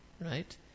right